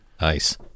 Nice